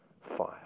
fire